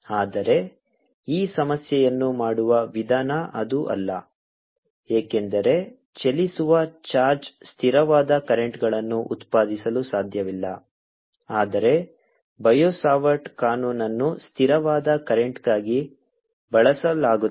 ಆದರೆ ಈ ಸಮಸ್ಯೆಯನ್ನು ಮಾಡುವ ವಿಧಾನ ಅದು ಅಲ್ಲ ಏಕೆಂದರೆ ಚಲಿಸುವ ಚಾರ್ಜ್ ಸ್ಥಿರವಾದ ಕರೆಂಟ್ಗಳನ್ನು ಉತ್ಪಾದಿಸಲು ಸಾಧ್ಯವಿಲ್ಲ ಆದರೆ ಬಯೋಸಾವರ್ಟ್ ಕಾನೂನನ್ನು ಸ್ಥಿರವಾದ ಕರೆಂಟ್ಕ್ಕಾಗಿ ಬಳಸಲಾಗುತ್ತದೆ